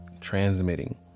transmitting